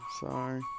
sorry